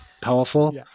powerful